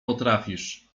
potrafisz